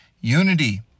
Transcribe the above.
Unity